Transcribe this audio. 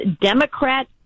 democrat